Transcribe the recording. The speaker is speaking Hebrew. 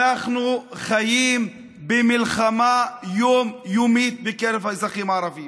אנחנו חיים במלחמה יום-יומית בקרב האזרחים הערבים.